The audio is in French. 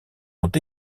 ont